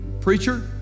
preacher